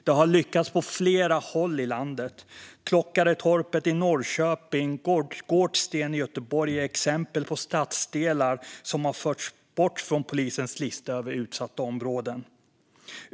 Det har lyckats på flera håll i landet. Klockaretorpet i Norrköping och Gårdsten i Göteborg är exempel på stadsdelar som har förts bort från polisens lista över utsatta områden.